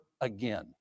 again